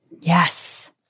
Yes